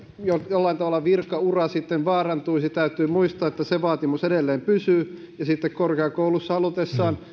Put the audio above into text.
jollain tavalla virkaura sitten vaarantuisi täytyy muistaa että se vaatimus edelleen pysyy ja sitten korkeakoulussa halutessaan